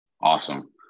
Awesome